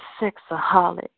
sexaholic